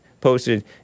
posted